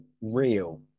real